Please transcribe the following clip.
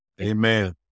Amen